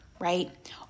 right